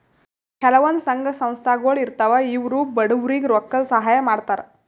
ಕೆಲವಂದ್ ಸಂಘ ಸಂಸ್ಥಾಗೊಳ್ ಇರ್ತವ್ ಇವ್ರು ಬಡವ್ರಿಗ್ ರೊಕ್ಕದ್ ಸಹಾಯ್ ಮಾಡ್ತರ್